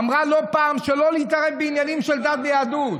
אמרה לא פעם שלא להתערב בעניינים של דת ויהדות,